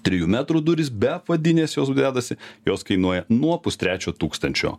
trijų metrų durys be apvadinės jos dedasi jos kainuoja nuo pustrečio tūkstančio